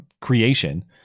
creation